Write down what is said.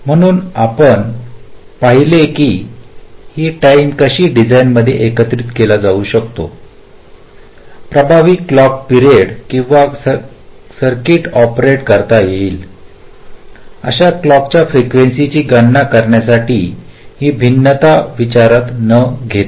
म्हणून आपण पाहिले की ही टाईम कशी डिझाइनमध्ये एकत्रित केली जाऊ शकतो प्रभावी क्लॉक पिरियड किंवा सर्किट ऑपरेट करता येईल अशा क्लॉकच्या फ्रीकेंसीची गणना करण्यासाठी ही भिन्नता विचारात न घेता